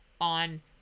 on